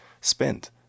spent